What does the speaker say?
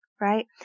right